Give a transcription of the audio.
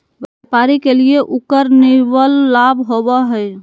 व्यापारी के लिए उकर निवल लाभ होबा हइ